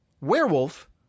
Werewolf